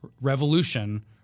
revolution